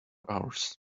hours